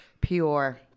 pure